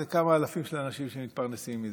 זה כמה אלפים של אנשים שמתפרנסים מזה.